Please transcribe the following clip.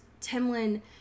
timlin